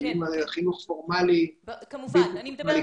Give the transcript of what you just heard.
כמובן.